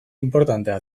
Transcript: inportantea